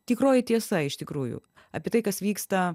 tikroji tiesa iš tikrųjų apie tai kas vyksta